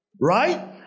Right